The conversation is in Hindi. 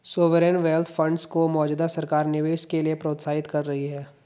सॉवेरेन वेल्थ फंड्स को मौजूदा सरकार निवेश के लिए प्रोत्साहित कर रही है